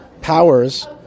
powers